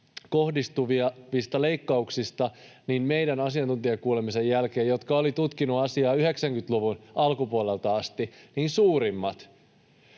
kohdistuvista leikkauksista — meidän asiantuntijakuulemisemme jälkeen, ja he olivat tutkineet asiaa 90-luvun alkupuolelta asti — suurimmat.